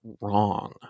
wrong